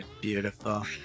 Beautiful